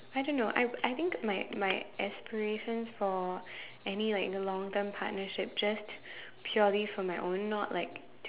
I don't know I I think my my explanation for any like long term partnership just purely from my own not like